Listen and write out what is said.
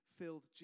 filled